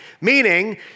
meaning